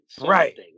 Right